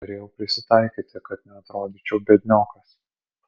turėjau prisitaikyti kad neatrodyčiau biedniokas